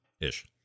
ish